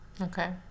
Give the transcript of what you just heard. okay